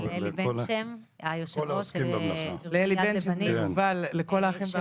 ולאלי בן שם היו"ר של יד לבנים --- לכל העוסקים במלאכה.